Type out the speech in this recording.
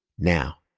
now,